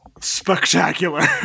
spectacular